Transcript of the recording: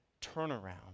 turnaround